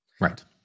Right